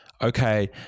Okay